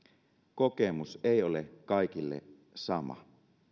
kokemus ei ole kaikille sama